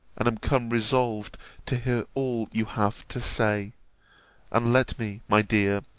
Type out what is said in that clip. and am come resolved to hear all you have to say and let me, my dear,